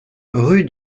rue